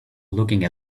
looking